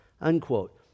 unquote